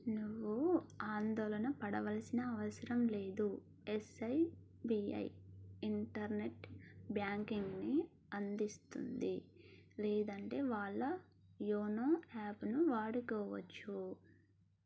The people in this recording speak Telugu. నువ్వు ఆందోళన పడవలసిన అవసరం లేదు ఎస్బీఐ ఇంటర్నెట్ బ్యాంకింగ్ని అందిస్తుంది లేదంటే వాళ్ళ యోనో యాప్ను వాడుకోవచ్చు